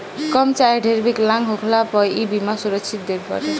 कम चाहे ढेर विकलांग होखला पअ इ बीमा सुरक्षा देत बाटे